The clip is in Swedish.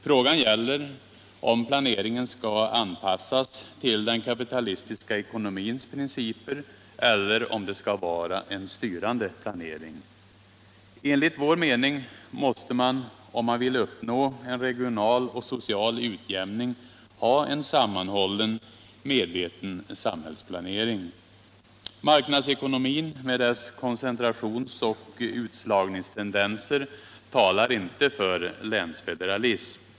Frågan gäller om planeringen skall anpassas till den kapitalistiska ekonomins principer eller om det skall vara en styrande planering. Enligt vår mening måste man om man vill uppnå en regional och social utjämning ha en sammanhållen, medveten samhällsplanering. Marknadsekonomin med dess koncentrationsoch utslagningstendenser talar inte för länsfederalism.